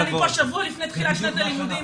ואני פה שבוע לפני תחילת שנת הלימודים,